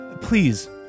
please